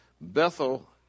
bethel